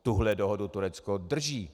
Tuhle dohodu Turecko drží!